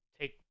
take